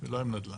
ולא עם נדל"ן.